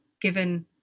given